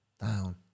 down